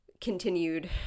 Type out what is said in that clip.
continued